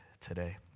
today